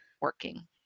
working